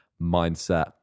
mindset